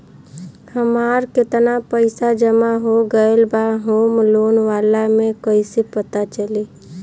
हमार केतना पईसा जमा हो गएल बा होम लोन वाला मे कइसे पता चली?